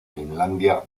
finlandia